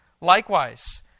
Likewise